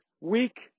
weak